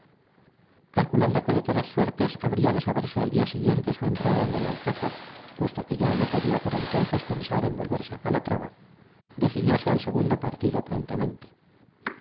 calculando que de todas suertes habría de saberse al día siguiente su entrada en el alcázar puesto que ya no podía por entonces pensar en volverse a calatrava decidióse al segundo partido prontamente